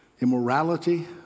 immorality